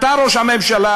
אתה, ראש הממשלה,